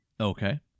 Okay